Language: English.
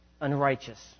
unrighteous